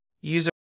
user